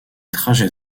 trajets